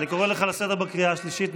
אני קורא אותך לסדר בקריאה השלישית.